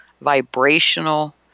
vibrational